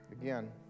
again